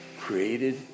created